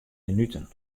minuten